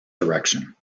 direction